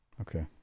okay